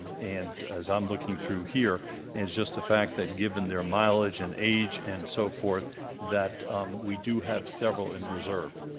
and as i'm looking through here it's just the fact that given their mileage and age and so forth that we do have several in reserve.